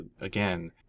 again